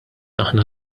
aħna